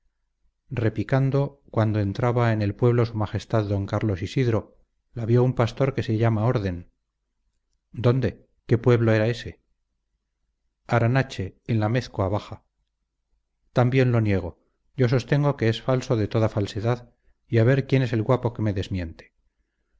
repicando cuando entraba en el pueblo su majestad d carlos isidro la vio un pastor que se llama orden dónde qué pueblo era ése aranarache en la amézcoa baja también lo niego yo sostengo que es falso de toda falsedad y a ver quién es el guapo que me desmiente